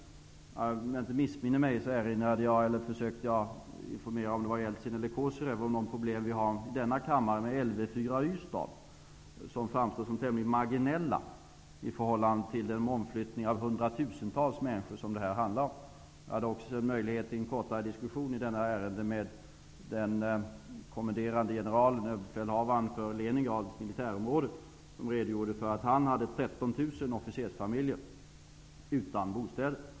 Om jag inte missminner mig, försökte jag informera -- Jeltsin eller Kozyrev -- om de problem som vi har i denna kammare med LV 4 i Ystad, som framstår som tämligen marginella i förhållande till den omflyttning av hundratusentals människor som det här handlar om. Jag hade också möjlighet att föra en kortare diskussion i detta ärende med den kommenderande generalen, överbefälhavaren för Leningrads militärområde, som redogjorde för att han hade 13 000 officersfamiljer som var utan bostäder.